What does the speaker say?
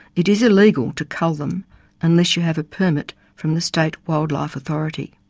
it is illegal to cull them unless you have a permit from the state wildlife authority.